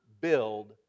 build